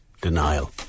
denial